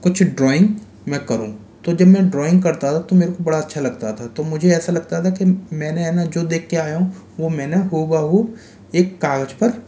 कुछ ड्रॉइंग मैं करूँ तो जब मैं ड्रॉइंग करता था तो मेरे को बड़ा अच्छा लगता था तो मुझे ऐसा लगता था कि मैंने है न जो देख के आया हूँ वो मैं न हूबहू एक काग़ज़ पर